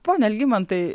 pone algimantai